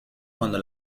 cuando